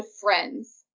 friends